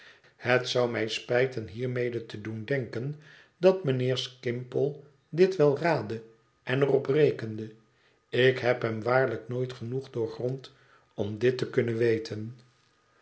het zou mij spijten hiermede te doen denken dat mijnheer skimpole dit wel raadde en er op rekende ik heb hem waarlijk nooit genoeg doorgrond om dit te kunnen weten